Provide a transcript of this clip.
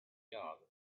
yard